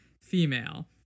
Female